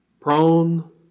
prone